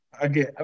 again